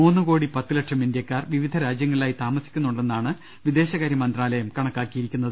മൂന്നു കോടി പത്തുലക്ഷം ഇന്ത്യക്കാർ വിവിധ രാജ്യങ്ങളിലായി താമസിക്കുന്നുണ്ടെന്നാണ് വിദേ ശകാര്യ മന്ത്രാലയം കണക്കാക്കിയിരിക്കുന്നത്